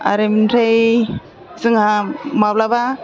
आरो ओमफ्राय जोंहा माब्लाबा